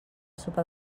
sopa